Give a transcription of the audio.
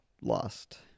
lost